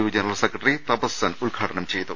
U general secretary Tapas Sen ഉദ്ഘാടനം ചെയ്തു